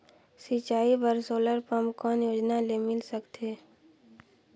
सिंचाई बर solar pump कौन योजना ले मिल सकथे?